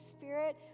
Spirit